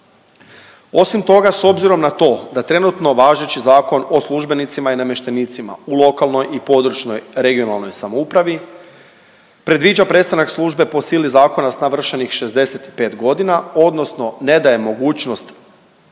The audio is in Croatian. Osim toga s obzirom na to da trenutno važeći Zakon o službenicima i namještenicima u lokalnoj i područnoj (regionalnoj) samoupravi predviđa prestanak službe po sili zakona s navršenih 65.g. odnosno ne daje mogućnost